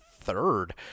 third